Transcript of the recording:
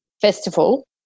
festival